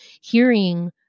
hearing